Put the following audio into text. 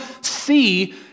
see